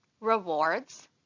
rewards